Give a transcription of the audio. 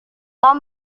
tom